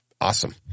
awesome